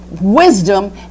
wisdom